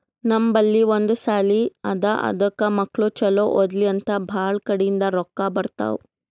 ನಮ್ ಬಲ್ಲಿ ಒಂದ್ ಸಾಲಿ ಅದಾ ಅದಕ್ ಮಕ್ಕುಳ್ ಛಲೋ ಓದ್ಲಿ ಅಂತ್ ಭಾಳ ಕಡಿಂದ್ ರೊಕ್ಕಾ ಬರ್ತಾವ್